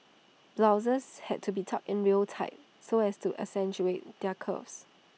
blouses had to be tucked in real tight so as to accentuate their curves